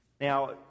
Now